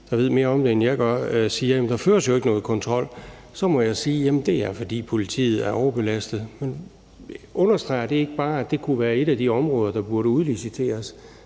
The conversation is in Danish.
der ved mere om det, end jeg gør, siger, at der ikke føres nogen kontrol, må jeg sige, at det er, fordi politiet er overbelastet. Understreger det ikke bare, at det kunne være et af de områder, der burde udliciteres?